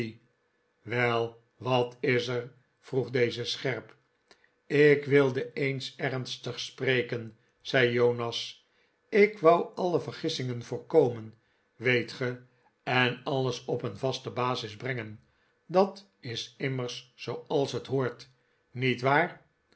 wel wat is er vroeg deze scherp ik wilde eens ernstig spreken zei jonas ik wou alle vergissingen voorkomen weet ge en alles op een yaste basis brengen dat is immers zooals het hoort niet waar